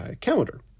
calendar